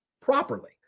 properly